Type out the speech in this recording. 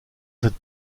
cette